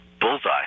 Bullseye